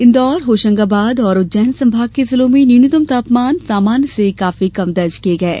इंदौर होशंगाबाद और उज्जैन संभाग के जिलों में न्यूनतम तापमान सामान्य से काफी कम दर्ज किये गये